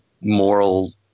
moral